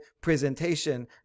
presentation